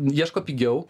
ieško pigiau